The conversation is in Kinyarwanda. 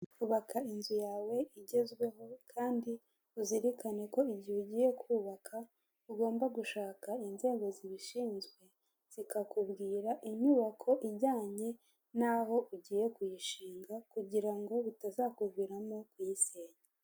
Ubaka inzu yawe igezweho kandi uzirikane ko igihe ugiye kubaka, ugomba gushaka inzego zibishinzwe zikakubwira inyubako ijyanye n'aho ugiye kuyishinga kugira ngo bitazakuviramo kuyisenya.